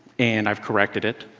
and i've corrected it.